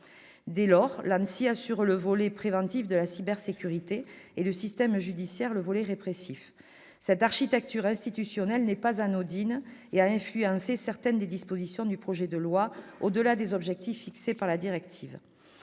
Dès lors, l'ANSSI assure le volet préventif de la cybersécurité et le système judiciaire le volet répressif. Cette architecture institutionnelle n'est pas anodine et a influencé certaines des dispositions du projet de loi, au-delà des objectifs fixés par la directive.